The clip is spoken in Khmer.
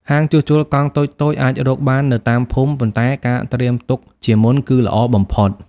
ហាងជួសជុលកង់តូចៗអាចរកបាននៅតាមភូមិ ប៉ុន្តែការត្រៀមទុកជាមុនគឺល្អបំផុត។